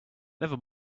never